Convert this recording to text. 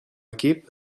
equip